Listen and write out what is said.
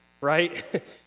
right